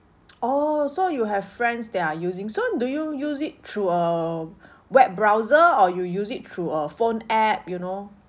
oh so you have friends that are using so do you use it through a web browser or you use it through a phone app you know